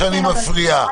מפריע,